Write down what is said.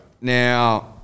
Now